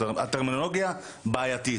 הטרמינולוגיה בעייתית.